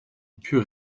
put